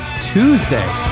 Tuesday